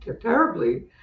terribly